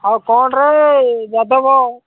ଆଉ କ'ଣରେ ଯାଦବ